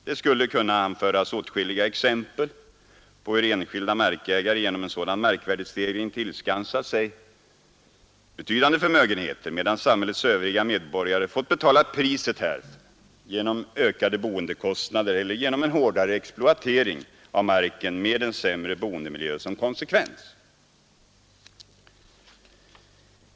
Det skulle kunna anföras åtskilliga exempel på hur enskilda markägare genom en sådan markvärdestegring tillskansat sig betydande förmögenheter medan samhällets övriga medborgare fått betala priset härför genom ökade boendekostnader eller genom en hårdare exploatering av marken med en sämre boendemiljö som konsekvens.